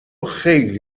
خیلی